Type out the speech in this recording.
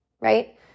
right